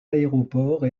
aéroports